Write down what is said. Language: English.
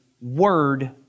word